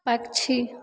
पक्षी